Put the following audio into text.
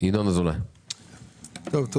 ינון אזולאי, בבקשה.